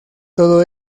todo